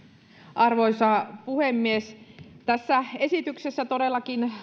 arvoisa puhemies tässä esityksessä todellakin